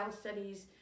studies